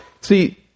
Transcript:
See